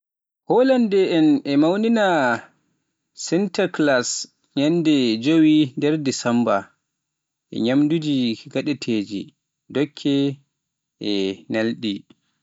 Holanndee en e mawnina Sinterklaas ñalnde jeewi desaambar e ñaamduuji gaadanteeji, dokke, e ñalɗi.